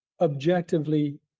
objectively